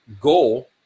goal